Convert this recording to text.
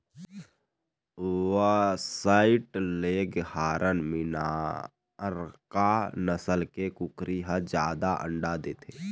white leghorn, Minorca नसल के कुकरी ह जादा अंडा देथे